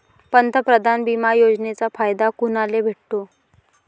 पंतप्रधान बिमा योजनेचा फायदा कुनाले भेटतो?